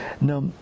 Now